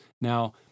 Now